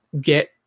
get